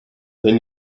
then